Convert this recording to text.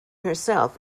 herself